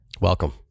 Welcome